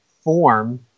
form